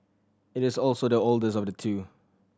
it is also the oldest of the two